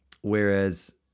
whereas